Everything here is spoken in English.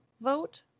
vote